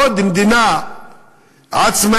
עוד מדינה עצמאית,